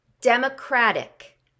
Democratic